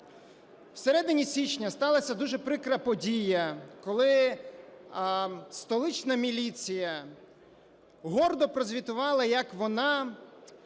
В середині січня сталася дуже прикра подія, коли столична міліція гордо прозвітувала, як вона